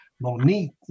Monique